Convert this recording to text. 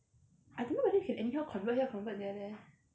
I don't know whether you can anyhow convert here convert there leh